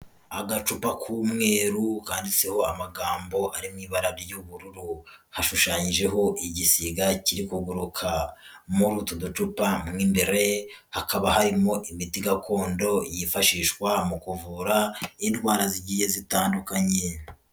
Agacupa k'umweru kandiditseho amagambo ari mu ibara ry'ubururu, hashushanyijeho igisiga kiri kuguruka, muri utu ducupa mo imbere hakaba harimo imiti gakondo, yifashishwa mu kuvura indwara zigiye zitandukanye.